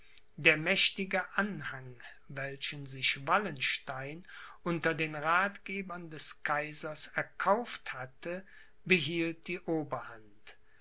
der mächtige anhang welchen sich wallenstein unter den rathgebern des kaisers erkauft hatte behielt die oberhand